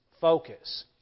Focus